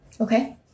Okay